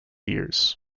years